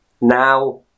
now